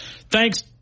Thanks